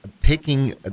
picking